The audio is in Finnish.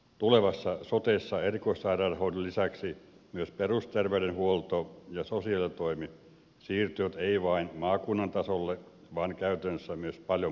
tulevassa sotessa erikoissairaanhoidon lisäksi myös perusterveydenhuolto ja sosiaalitoimi siirtyvät ei vain maakunnan tasolle vaan käytännössä paljon kauemmaksi